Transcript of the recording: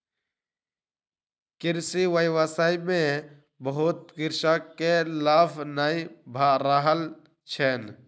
कृषि व्यवसाय में बहुत कृषक के लाभ नै भ रहल छैन